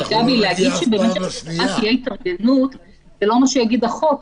להגיד שבמשך השנה תהיה התארגנות זה לא מה שיגיד החוק.